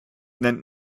nennt